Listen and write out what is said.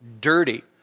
dirty